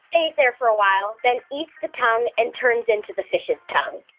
stays there for a while, then eats the tongue and turns into the fish's tongue